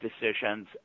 decisions